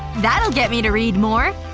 that'll get me to read more!